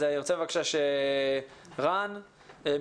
אז אני רוצה בבקשה שרן מ"תובנות",